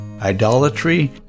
idolatry